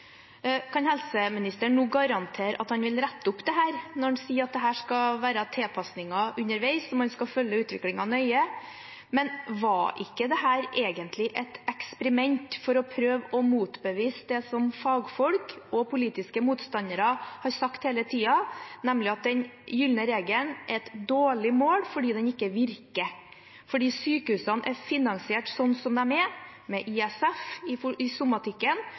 Kan helseministeren nå garantere at han vil rette opp dette, når han sier at det skal være tilpasninger underveis og man skal følge utviklingen nøye? Var ikke dette egentlig et eksperiment for å prøve å motbevise det som fagfolk og politiske motstandere har sagt hele tiden, nemlig at den gylne regel er et dårlig mål fordi den ikke virker, fordi sykehusene er finansiert sånn som de er, med ISF i